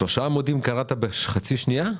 שלושה עמודים קראת בחצי שנייה?